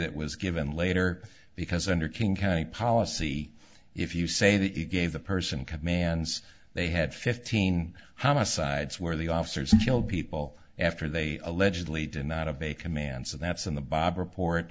that was given later because under king county policy if you say that you gave the person commands they had fifteen homicides where the officers killed people after they allegedly did not obey commands and that's in the bob report